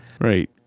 Right